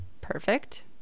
Perfect